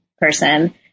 person